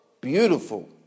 beautiful